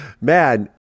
Man